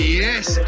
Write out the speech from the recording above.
yes